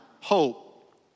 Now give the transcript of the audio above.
hope